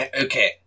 Okay